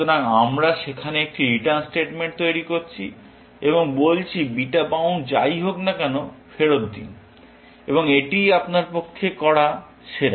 সুতরাং আমরা সেখানে একটি রিটার্ন স্টেটমেন্ট তৈরি করছি এবং বলছি বিটা বাউন্ড যাই হোক না কেন ফেরত দিন এবং এটিই আপনার পক্ষে করা সেরা